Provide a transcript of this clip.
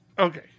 Okay